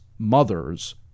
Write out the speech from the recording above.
mothers